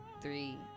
three